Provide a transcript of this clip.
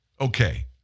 Okay